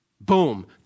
Boom